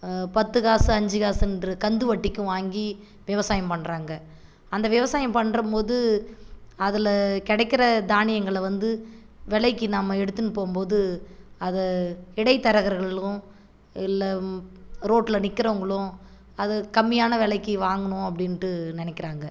பத்து காசு அஞ்சி காசுன்ற கந்து வட்டிக்கும் வாங்கி விவசாயம் பண்ணுறாங்க அந்த விவசாயம் பண்ணுறம்போது அதில் கிடைக்கிற தானியங்களை வந்து விலைக்கு நாம எடுத்துன்னு போகும் போது அதை இடைத்தரகர்களும் இல்லை ரோட்டில் நிற்கிறவுங்களும் அதை கம்மியான விலைக்கு வாங்கணும் அப்படின்ட்டு நினைக்கிறாங்க